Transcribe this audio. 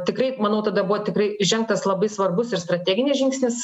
tikrai manau tada buvo tikrai žengtas labai svarbus ir strateginis žingsnis